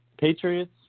Patriots